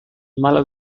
malas